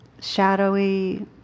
shadowy